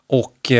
och